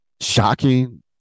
shocking